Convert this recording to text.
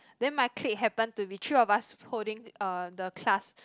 then my clique happen to be the three of us holding uh the class